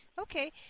Okay